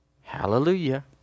Hallelujah